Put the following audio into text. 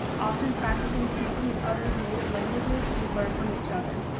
often practicing speaking in other's native languages to learn from each other.